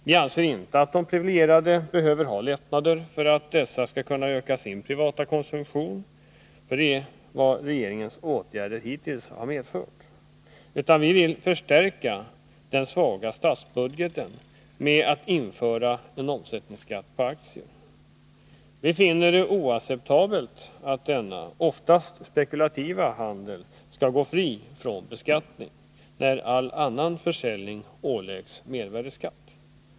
Vi anser inte att de privilegierade behöver ha lättnader för att de skall kunna öka sin privata konsumtion, för det är vad regeringens åtgärder hittills har medfört, utan vi vill förstärka den svaga statsbudgeten med att införa en omsättningsskatt på aktier. Vi finner det oacceptabelt att denna, oftast spekulativa, handel skall gå fri från beskattning när all annan försäljning åläggs mervärdeskatt.